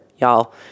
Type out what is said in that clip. y'all